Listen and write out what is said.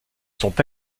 sont